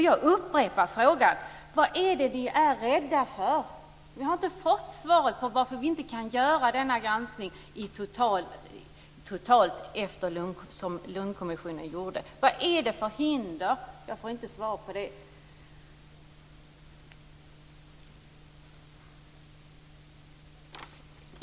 Jag upprepar min fråga: Vad är ni rädda för? Jag har inte fått något svar på frågan varför man inte kan göra denna totala granskning. Vad finns det för hinder? Jag får inte något svar på dessa frågor.